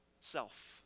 self